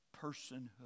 personhood